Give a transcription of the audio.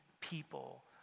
people